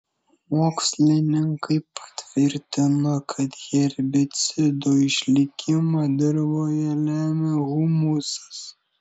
mokslininkai patvirtino kad herbicidų išlikimą dirvoje lemia humusas